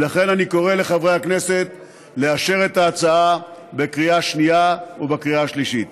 ולכן אני קורא לחברי הכנסת לאשר את ההצעה בקריאה שנייה ובקריאה השלישית.